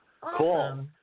Cool